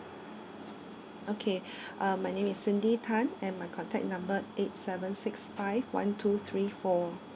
okay uh my name is cindy tan and my contact number eight seven six five one two three four